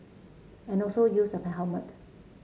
and also use a helmet